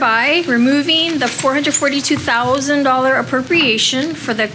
thereby removing the four hundred forty two thousand dollar appropriation for the